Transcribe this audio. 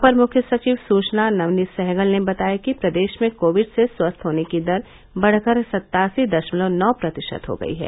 अपर मुख्य सचिव सूचना नवनीत सहगल ने बताया कि प्रदेश में कोविड से स्वस्थ होने की दर बढ़कर सत्तासी दशमलव नौ प्रतिशत हो गयी है